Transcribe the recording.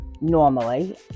normally